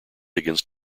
against